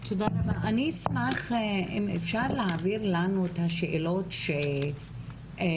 אני אשמח אם אפשר להעביר לנו את השאלות שנשאלתן,